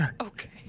Okay